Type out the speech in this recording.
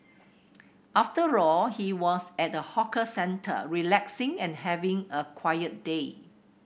after all he was at a hawker centre relaxing and having a quiet day